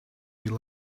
rely